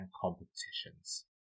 competitions